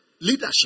leadership